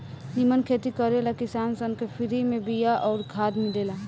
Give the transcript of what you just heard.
निमन खेती करे ला किसान सन के फ्री में बिया अउर खाद मिलेला